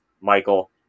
Michael